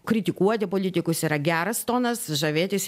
kritikuoti politikus yra geras tonas žavėtis